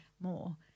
More